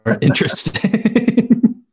interesting